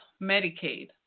Medicaid